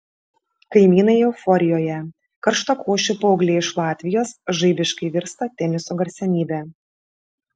kaimynai euforijoje karštakošė paauglė iš latvijos žaibiškai virsta teniso garsenybe